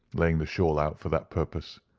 laying the shawl out for that purpose.